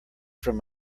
from